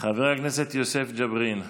חבר הכנסת יוסף ג'בארין.